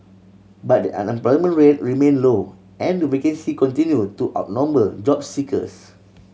but the unemployment rate remain low and the vacancy continue to outnumber job seekers